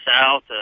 South